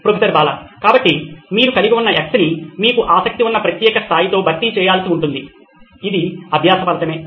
professor Bala కాబట్టి మీరు కలిగి ఉన్న X ని మీకు ఆసక్తి ఉన్న ప్రత్యేక స్థాయితో భర్తీ చేయాల్సి ఉంటుంది ఇది అభ్యాస ఫలితమే